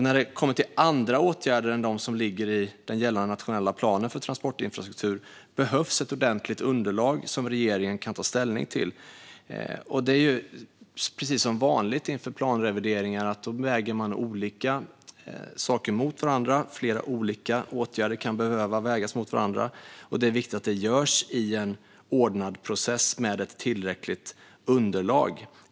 När det kommer till andra åtgärder än de som ligger i den gällande nationella planen för transportinfrastruktur behövs ett ordentligt underlag som regeringen kan ta ställning till. Det är precis som vanligt inför planrevideringar; man väger olika saker mot varandra. Flera olika åtgärder kan behöva vägas mot varandra. Det är viktigt att det görs i en ordnad process med ett tillräckligt underlag.